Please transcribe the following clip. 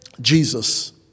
Jesus